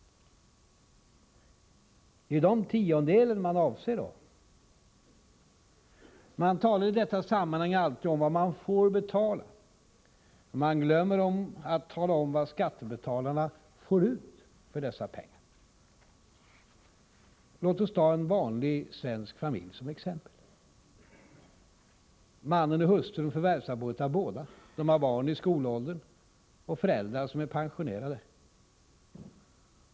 Det är då den tiondelen som avses. Man talar i detta sammanhang alltid om vad de skattskyldiga får betala, men man glömmer att tala om vad skattebetalarna får ut för dessa pengar. Låt oss ta en vanlig svensk familj som exempel. Mannen och hustrun förvärvsarbetar båda. De har barn i skolåldern och föräldrar som är pensionerade.